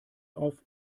auf